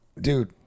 Dude